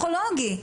פסיכולוגי.